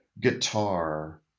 guitar